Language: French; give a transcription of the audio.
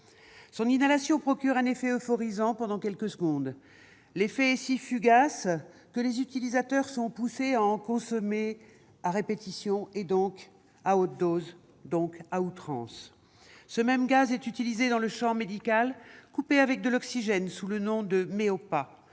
Son inhalation procure un effet euphorisant pendant quelques secondes. L'effet est si fugace que les utilisateurs sont poussés à en consommer à répétition, donc à haute dose et à outrance. Ce même gaz est utilisé dans le champ médical coupé avec de l'oxygène, sous le nom de Méopa.